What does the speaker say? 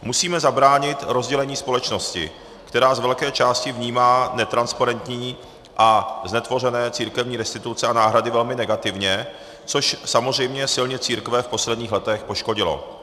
Musíme zabránit rozdělení společnosti, která z velké části vnímá netransparentní a znetvořené církevní restituce a náhrady velmi negativně, což samozřejmě silně církve v posledních letech poškodilo.